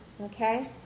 Okay